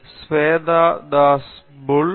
ஸ்வேதாம்புல் தாஸ் என் பெயர் ஸ்வேதாம்புல் தாஸ்